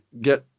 get